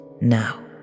now